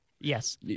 yes